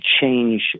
change